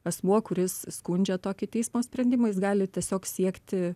asmuo kuris skundžia tokį teismo sprendimą jis gali tiesiog siekti